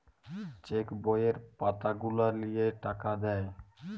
check বইয়ের পাতা গুলা লিয়ে টাকা দেয়